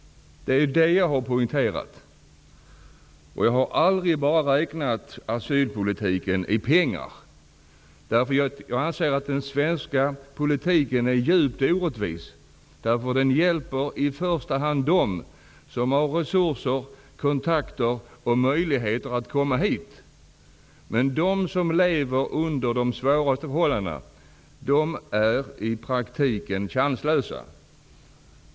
Det är detta jag har poängterat. Jag har aldrig räknat asylpolitiken bara i pengar, men jag anser att den svenska politiken är djupt orättvis. Den hjälper i första hand dem som har resurser, kontakter och möjligheter att komma hit. De som lever under de svåraste förhållandena är i praktiken chanslösa.